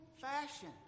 fashion